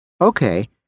Okay